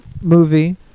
movie